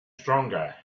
stronger